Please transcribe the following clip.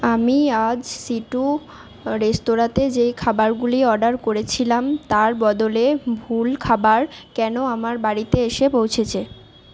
আমি আজ সি টু রেস্তোরাঁতে যে খাবারগুলি অর্ডার করেছিলাম তার বদলে ভুল খাবার কেন আমার বাড়িতে এসে পৌঁছেছে